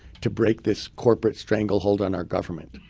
to break this corporate stranglehold on our government.